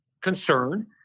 concern